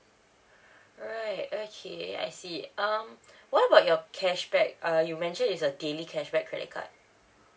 right okay I see um what about your cashback err you mention is a daily cashback credit card